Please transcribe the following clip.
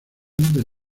del